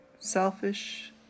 Selfish